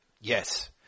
Yes